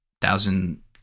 Thousand